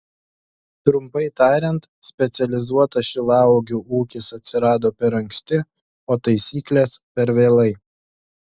trumpai tariant specializuotas šilauogių ūkis atsirado per anksti o taisyklės per vėlai